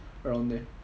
around there